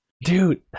dude